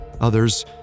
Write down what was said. Others